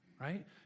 right